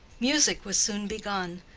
music was soon begun.